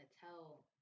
tell